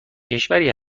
کشوری